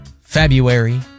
February